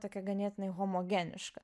tokia ganėtinai homogeniška